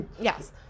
Yes